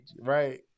Right